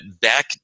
back